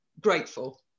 grateful